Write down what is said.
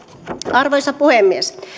arvoisa puhemies